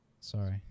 Sorry